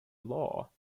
law